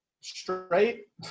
straight